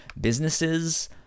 businesses